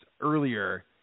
earlier